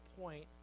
point